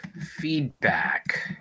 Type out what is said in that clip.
feedback